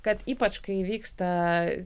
kad ypač kai vyksta